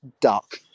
duck